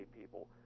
people